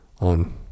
on